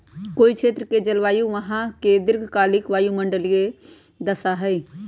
कोई क्षेत्र के जलवायु वहां के दीर्घकालिक वायुमंडलीय दशा हई